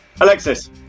Alexis